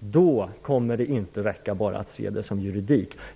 Då räcker det inte att se detta som jurudik.